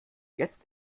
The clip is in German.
jetzt